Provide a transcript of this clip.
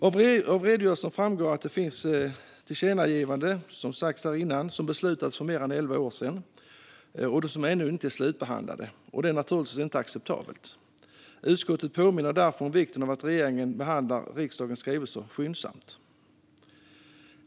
Av redogörelsen framgår att det finns ett tillkännagivande som, vilket sagts här tidigare, gjordes för mer än elva år sedan och som ännu inte är slutbehandlat. Det är naturligtvis inte acceptabelt. Utskottet påminner därför om vikten av att regeringen behandlar riksdagens skrivelser skyndsamt.